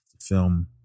Film